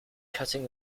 cutting